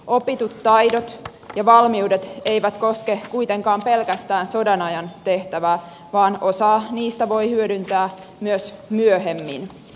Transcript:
opitut taidot ja valmiudet kuitenkaan eivät koske pelkästään sodanajan tehtävää vaan osaa niistä voi hyödyntää myös myöhemmin